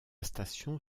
station